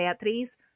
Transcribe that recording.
Beatriz